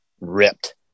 ripped